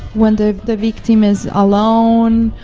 when the the victim is alone,